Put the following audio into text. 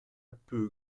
peu